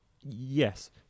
Yes